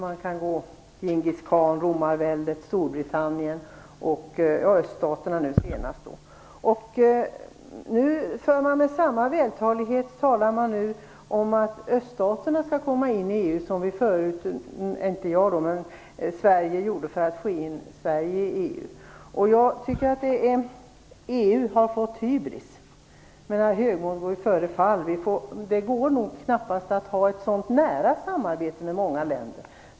Man kan tänka på Djingis khan, romarväldet, Storbritannien och nu senast öststaterna. Med samma vältalighet som vissa - ja, inte jag förstås - tidigare använde för att få med Sverige i EU talar man nu för att öststaterna skall komma in i EU. EU har fått hybris. Högmod går ju före fall. Det går knappast att ha ett sådant nära samarbete med många länder.